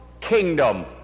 kingdom